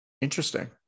Interesting